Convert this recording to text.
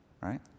right